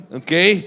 okay